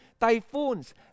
typhoons